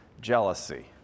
jealousy